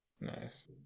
Nice